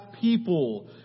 people